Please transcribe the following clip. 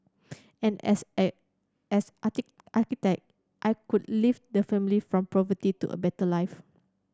and as an as architect I could lift the family from poverty to a better life